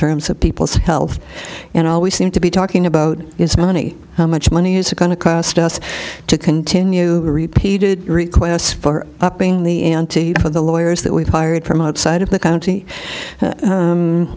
terms of people's health and i always seem to be talking about is money how much money is it going to cost us to continue the repeated requests for upping the ante for the lawyers that we've hired from outside of the